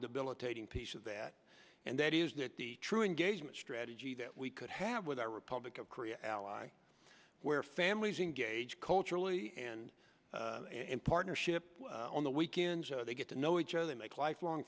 debilitating piece of that and that is that the true engagement strategy that we could have with our republic of korea ally where families engage culturally and in partnership on the weekend they get to know each other make lifelong